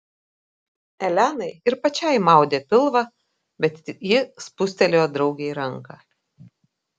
elenai ir pačiai maudė pilvą bet ji spustelėjo draugei ranką